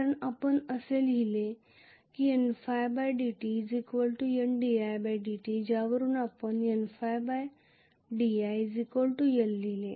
कारण आपण असे लिहिले N ddt L didt ज्यावरून आपण N ddi L लिहिले